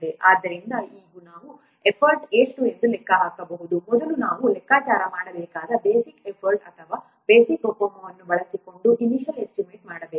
ಆದ್ದರಿಂದ ಈಗ ನಾವು ಎಫರ್ಟ್ ಎಷ್ಟು ಎಂದು ಲೆಕ್ಕ ಹಾಕಬಹುದು ಮೊದಲು ನಾವು ಲೆಕ್ಕಾಚಾರ ಮಾಡಬೇಕಾದ ಬೇಸಿಕ್ ಎಫರ್ಟ್ ಅಥವಾ ಬೇಸಿಕ್ COCOMO ಅನ್ನು ಬಳಸಿಕೊಂಡು ಇನಿಷ್ಯಲ್ ಎಸ್ಟಿಮೇಟ್ ಮಾಡಬೇಕು